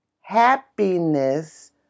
happiness